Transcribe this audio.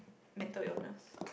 mental illness